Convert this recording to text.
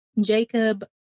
Jacob